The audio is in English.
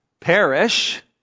perish